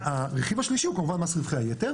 והרכיב השלישי הוא כמובן מס רווחי היתר